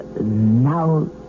Now